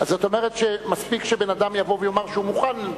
זאת אומרת שמספיק שבן-אדם יבוא ויאמר שהוא מוכן,